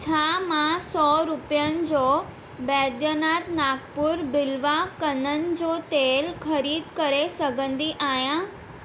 छा मां सौ रुपियनि जो बैद्यनाथ नागपुर बिल्वा कननि जो तेलु ख़रीद करे सघंदी आहियां